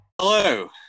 Hello